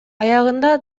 аягында